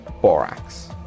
Borax